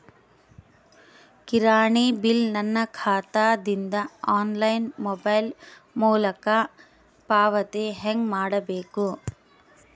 ಕಿರಾಣಿ ಬಿಲ್ ನನ್ನ ಖಾತಾ ದಿಂದ ಆನ್ಲೈನ್ ಮೊಬೈಲ್ ಮೊಲಕ ಪಾವತಿ ಹೆಂಗ್ ಮಾಡಬೇಕು?